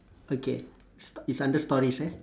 okay it's it's under stories eh